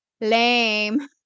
Lame